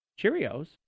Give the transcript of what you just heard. Cheerios